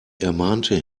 ermahnte